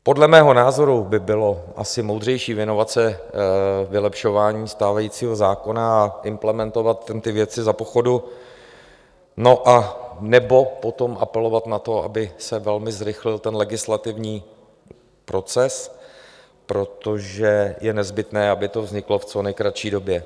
Podle mého názoru by bylo asi moudřejší věnovat se vylepšování stávajícího zákona a implementovat tam ty věci za pochodu, anebo potom apelovat na to, aby se velmi zrychlil ten legislativní proces, protože je nezbytné, aby to vzniklo v co nejkratší době.